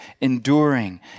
enduring